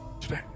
today